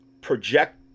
project